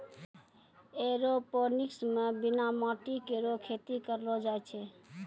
aeroponics म बिना माटी केरो खेती करलो जाय छै